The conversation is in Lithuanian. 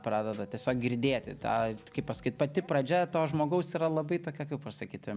pradeda tiesiog girdėti tą kaip pasakyt pati pradžia to žmogaus yra labai tokia kaip pasakyti